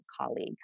colleague